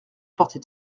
portrait